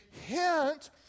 hint